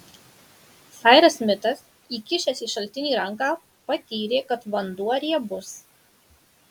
sairas smitas įkišęs į šaltinį ranką patyrė kad vanduo riebus